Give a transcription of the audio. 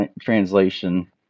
translation